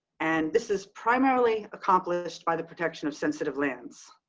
and this is primarily accomplished by the protection of sensitive lands.